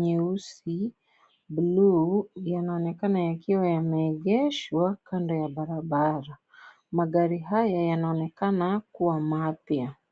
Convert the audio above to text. nyeusi,(cs)blue(cs) yanaonekana yakiwa yameegeshwa kando ya barabara. Magari haya yanaonekana kuwa mapya.